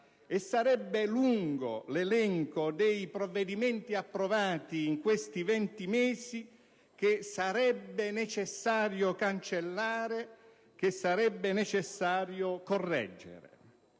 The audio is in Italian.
sarebbe lungo l'elenco dei provvedimenti approvati in questi venti mesi che sarebbe necessario cancellare e correggere.